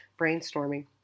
brainstorming